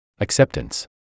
Acceptance